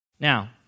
Now